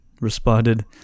responded